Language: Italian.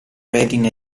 reading